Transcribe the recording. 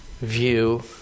view